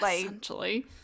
essentially